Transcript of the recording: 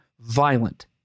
violent